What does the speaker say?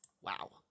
Wow